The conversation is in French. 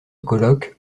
colloque